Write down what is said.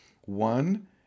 One